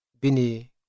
bini